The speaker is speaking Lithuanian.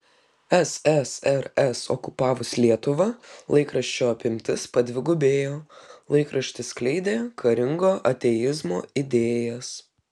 ssrs okupavus lietuvą laikraščio apimtis padvigubėjo laikraštis skleidė karingo ateizmo idėjas